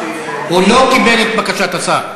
הוא לא קיבל את בקשת השר.